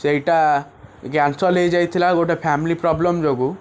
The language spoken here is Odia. ସେଇଟା କ୍ୟାନସେଲ ହେଇଯାଇ ଥିଲା ଗୋଟେ ଫ୍ୟାମିଲି ପ୍ରୋବ୍ଲେମ ଯୋଗୁଁ